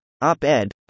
op-ed